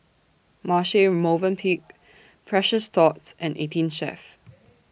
Marche Movenpick Precious Thots and eighteen Chef